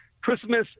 christmas